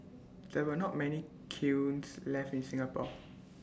there are not many kilns left in Singapore